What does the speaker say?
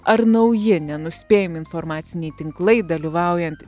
ar nauji nenuspėjami informaciniai tinklai dalyvaujant